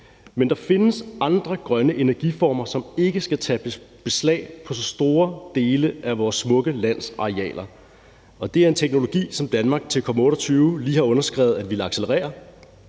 Men der findes andre grønne energiformer, som ikke skal lægge beslag på så store dele af vores smukke lands arealer, og det er en teknologi, som Danmark til COP28 lige har skrevet under på at ville accelerere,